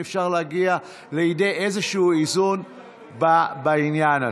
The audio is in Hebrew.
אפשר להגיע לידי איזשהו איזון בעניין הזה.